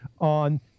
on